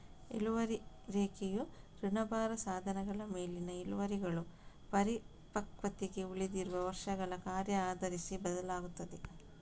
ಇಳುವರಿ ರೇಖೆಯು ಋಣಭಾರ ಸಾಧನಗಳ ಮೇಲಿನ ಇಳುವರಿಗಳು ಪರಿಪಕ್ವತೆಗೆ ಉಳಿದಿರುವ ವರ್ಷಗಳ ಕಾರ್ಯ ಆಧರಿಸಿ ಬದಲಾಗುತ್ತದೆ